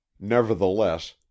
Nevertheless